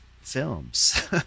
films